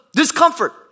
discomfort